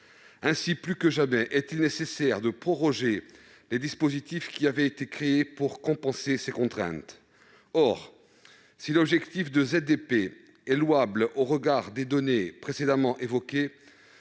Ainsi, plus que jamais, il est nécessaire de proroger les dispositifs qui avaient été créés pour compenser ces contraintes. Or, si l'objectif du dispositif de ZDP est louable au regard des données précédemment évoquées,